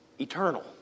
Eternal